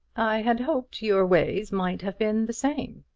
i had hoped your ways might have been the same,